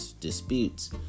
disputes